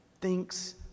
thinks